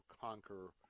conquer